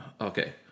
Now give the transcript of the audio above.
Okay